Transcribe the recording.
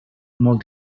molt